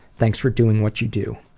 thanks for doing what you do.